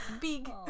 Big